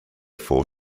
four